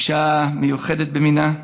אישה מיוחדת במינה,